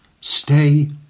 stay